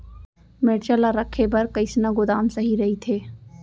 मिरचा ला रखे बर कईसना गोदाम सही रइथे?